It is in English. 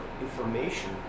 information